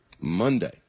Monday